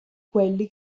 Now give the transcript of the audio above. quelli